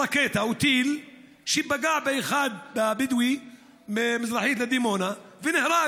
רקטה או טיל ופגעו בבדואי אחד מזרחית לדימונה והוא נהרג.